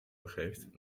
begeeft